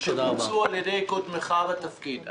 שבוצעו על-ידי קודמך בתפקיד.